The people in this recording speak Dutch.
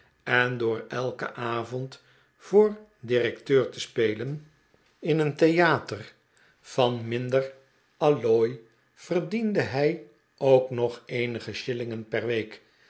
en door elken avond voor directeur te spelen in een theater van minder allooi verdiende hij ook nog eenige shillingen per week